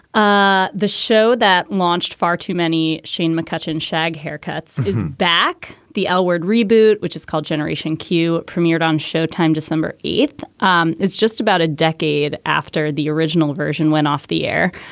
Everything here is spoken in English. ah the show that launched far too many sheen mccutchen shag haircuts is back. the l-word reboot, which is called generation q, premiered on showtime december eighth. um it's just about a decade after the original version went off the air.